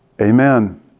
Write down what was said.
Amen